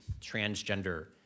transgender